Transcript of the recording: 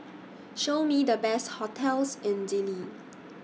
Show Me The Best hotels in Dili